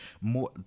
more